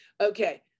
Okay